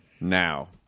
now